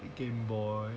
game boy